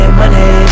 money